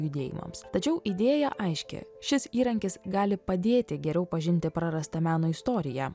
judėjimams tačiau idėja aiški šis įrankis gali padėti geriau pažinti prarastą meno istoriją